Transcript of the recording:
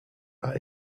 are